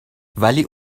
ولی